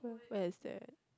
where is that